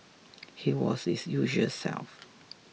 he was his usual self